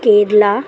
Kerala